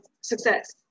success